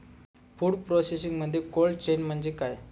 Food प्रोसेसिंगमध्ये cold chain म्हणजे काय?